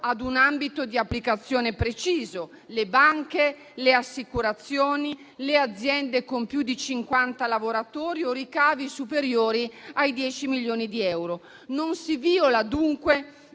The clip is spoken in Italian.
a un ambito d'applicazione preciso: le banche, le assicurazioni, le aziende con più di 50 lavoratori o con ricavi superiori ai 10 milioni di euro. Non si viola dunque